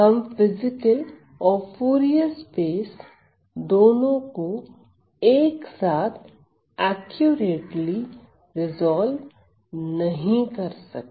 हम फिजिकल और Fourier space दोनों को एक साथ एक्युरेटली रिजॉल्व नहीं कर सकते